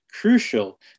crucial